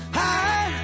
high